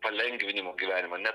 palengvinimo gyvenimo ne